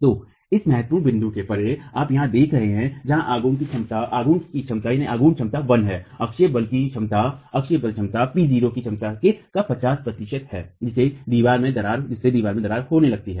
तो इस महत्वपूर्ण बिंदु से परे आप यहाँ देख रहे हैं जहाँ आघूर्ण की क्षमता 1 है अक्षीय बल की क्षमता P0 की क्षमता का 50 प्रतिशत है जिससे दीवार में दरार होने लगती है